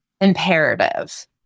imperative